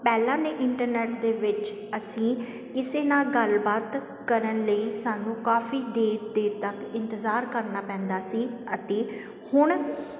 ਪਹਿਲਾਂ ਦੇ ਇੰਟਰਨੈਟ ਦੇ ਵਿੱਚ ਅਸੀਂ ਕਿਸੇ ਨਾਲ ਗੱਲਬਾਤ ਕਰਨ ਲਈ ਸਾਨੂੰ ਕਾਫੀ ਦੇਰ ਦੇਰ ਤੱਕ ਇੰਤਜ਼ਾਰ ਕਰਨਾ ਪੈਂਦਾ ਸੀ ਅਤੇ ਹੁਣ